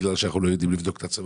בגלל שאנחנו לא יודעים לבדוק את הצמר